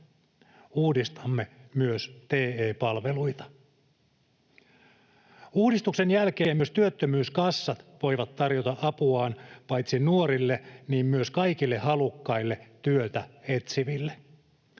Uudistamme myös TE-palveluita. Uudistuksen jälkeen myös työttömyyskassat voivat tarjota apuaan paitsi nuorille myös kaikille halukkaille työtä etsiville.